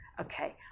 okay